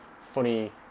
funny